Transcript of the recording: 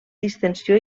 distensió